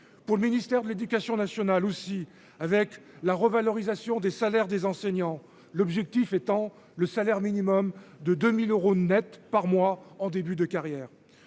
Pour le ministère de l'Éducation nationale aussi avec la revalorisation des salaires des enseignants. L'objectif étant le salaire minimum de 2000 euros nets par mois en début de carrière.